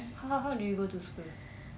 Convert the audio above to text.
ho~ how do you go to school